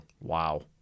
wow